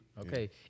Okay